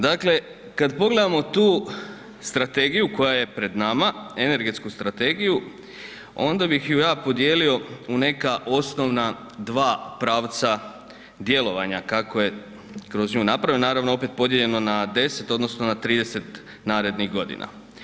Dakle, kad pogledamo tu strategiju koja je pred nama, energetsku strategiju, onda bih ju ja podijelio u neka osnovna 2 pravca djelovanja, kako je kroz nju napravljeno, naravno opet podijeljeno na 10 odnosno na 30 narednih godina.